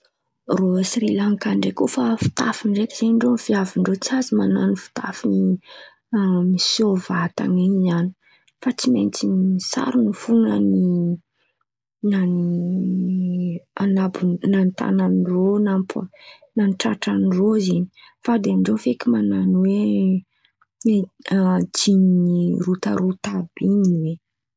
Rô Sri lankà ndray, koa fa fitafy ndraiky zen̈y rô viavy ndrô tsy azo man̈ano, fitafy miseo vatan̈an̈y, fa tsy maintsy misaron̈o fo. Na ny an̈abo na ny tan̈an-drô na tratra ndrô zen̈y.